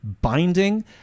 binding